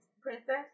Princess